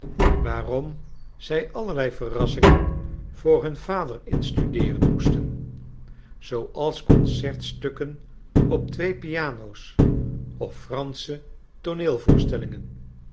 waarom zij allerlei verrassingen voor hun vader instudeeren moesten zooals concertstukken op twee piano's of fransche